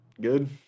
good